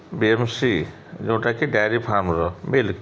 ବି M C ଯେଉଁଟାକି dairy ଫାର୍ମ୍ର bill